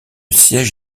siège